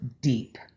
deep